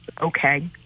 okay